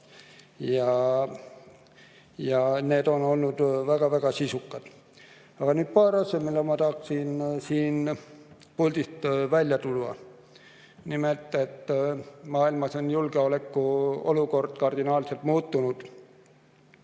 osa. Need on olnud väga-väga sisukad. Aga nüüd paar asja, mis ma tahaksin siit puldist välja tuua. Nimelt, maailmas on julgeolekuolukord kardinaalselt muutunud.